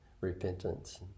repentance